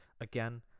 again